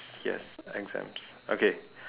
yes exams okay